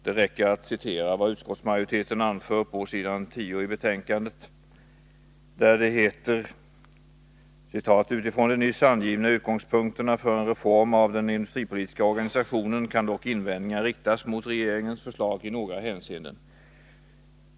Det räcker att citera vad utskottsmajoriteten anfört på s. 10 i betänkandet, där det heter: ”Utifrån de nyss angivna utgångspunkterna för en reform av den industripolitiska organisationen kan dock invändningar riktas mot regeringens förslag i några hänseenden.